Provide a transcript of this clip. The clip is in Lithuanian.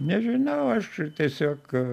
nežinau aš tiesiog